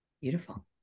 Beautiful